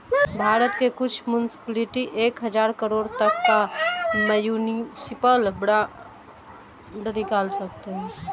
भारत के कुछ मुन्सिपलिटी एक हज़ार करोड़ तक का म्युनिसिपल बांड निकाल सकते हैं